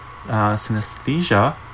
Synesthesia